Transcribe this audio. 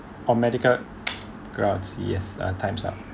on medical grounds yes uh time's up